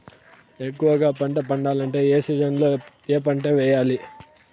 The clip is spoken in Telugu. ఎక్కువగా పంట పండాలంటే ఏ సీజన్లలో ఏ పంట వేయాలి